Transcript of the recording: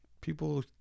people